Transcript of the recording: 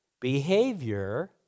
Behavior